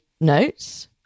notes